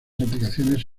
aplicaciones